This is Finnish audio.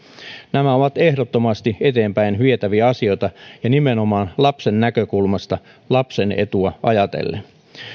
nämä ovat ehdottomasti eteenpäinvietäviä asioita nimenomaan lapsen näkökulmasta ja lapsen etua ajatellen